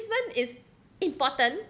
is important